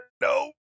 no